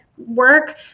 Work